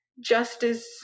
justice